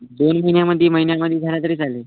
दोन महिन्यामध्ये महिन्यामध्ये झाला तरी चालेल